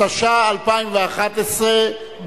התשע"א 2011,